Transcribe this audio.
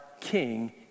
king